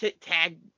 tag